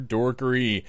Dorkery